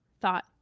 thought